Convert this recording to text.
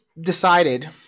decided